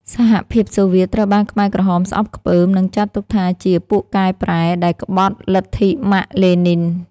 សហភាពសូវៀតត្រូវបានខ្មែរក្រហមស្អប់ខ្ពើម និងចាត់ទុកថាជា «ពួកកែប្រែ» ដែលក្បត់លទ្ធិម៉ាក្ស-លេនីន។